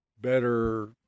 better